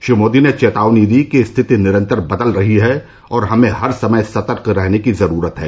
श्री मोदी ने चेतावनी दी कि स्थिति निरंतर बदल रही है और हमें हर समय सतर्क रहने की जरूरत है